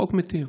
החוק מתיר,